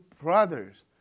brothers